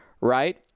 right